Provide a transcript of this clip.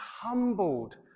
humbled